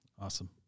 awesome